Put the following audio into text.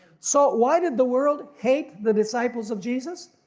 so why did the world hate the disciples of jesus?